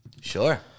Sure